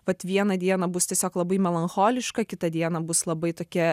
vat vieną dieną bus tiesiog labai melancholiška kitą dieną bus labai tokia